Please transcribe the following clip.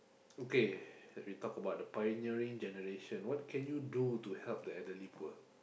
okay we talk about the pioneering generation what can we do to help the elderly poor